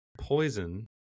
Poison